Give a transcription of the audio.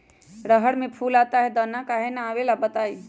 रहर मे फूल आता हैं दने काहे न आबेले बताई?